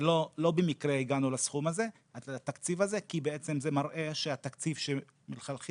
לא במקרה הגענו לתקציב הזה כי בעצם זה מראה שהתקציב שמלכתחילה